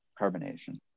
carbonation